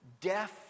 deaf